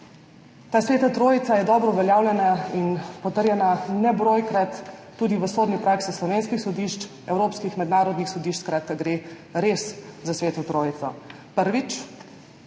Ta sveta trojica je dobro uveljavljena in potrjena nebrojkrat tudi v sodni praksi slovenskih sodišč, evropskih, mednarodnih sodišč, skratka, res gre za sveto trojico. Prvič,